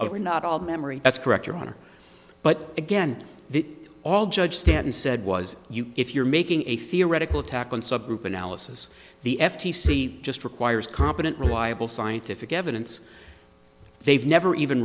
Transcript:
other not all memory that's correct your honor but again the all judge stanton said was you if you're making a theoretical attack on subgroup analysis the f t c just requires competent reliable scientific evidence they've never even